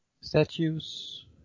statues